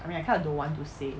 I mean I kind of don't want to say